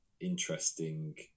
interesting